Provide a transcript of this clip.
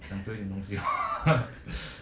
讲多一点东西